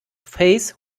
face